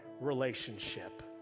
relationship